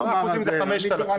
10% זה 5,000 שקל,